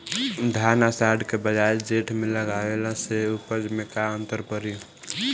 धान आषाढ़ के बजाय जेठ में लगावले से उपज में का अन्तर पड़ी?